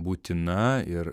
būtina ir